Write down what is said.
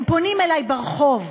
הם פונים אלי ברחוב.